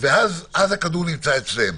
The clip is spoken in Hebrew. ואז הכדור יהיה אצלם.